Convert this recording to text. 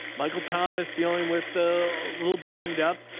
michael thomas dealing with the little banged up.